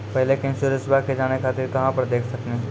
पहले के इंश्योरेंसबा के जाने खातिर कहां पर देख सकनी?